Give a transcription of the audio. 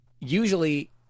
usually